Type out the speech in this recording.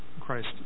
Christ